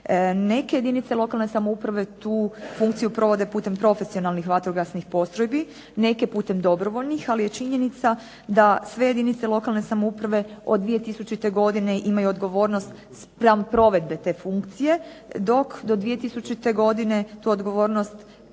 Neke jedinice lokalne samouprave tu funkciju provode putem profesionalnih vatrogasnih postrojbi, neke putem dobrovoljnih. Ali je činjenica da sve jedinice lokalne samouprave od 2000. godine imaju odgovornost spram sprovedbe te funkcije, dok do 2000. godine tu odgovornost